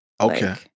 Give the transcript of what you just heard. Okay